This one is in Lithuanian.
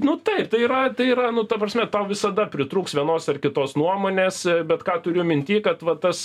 nu taip tai yra tai yra nu ta prasme tau visada pritrūks vienos ar kitos nuomonės bet ką turiu minty kad va tas